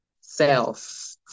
self